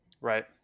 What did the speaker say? Right